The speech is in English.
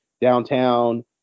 downtown